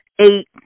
Eight